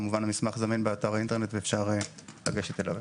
כמובן המסמך זמין באתר האינטרנט ואפשר לגשת אליו.